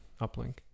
Uplink